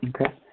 Okay